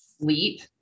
Sleep